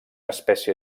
espècie